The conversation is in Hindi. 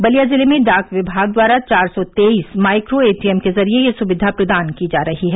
बलिया जिले में डाक विभाग द्वारा चार सौ तेईस माइक्रो एटीएम के जरिये यह सुविधा प्रदान की जा रही है